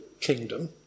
kingdom